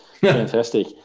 Fantastic